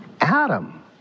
Adam